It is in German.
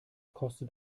kostet